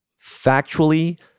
factually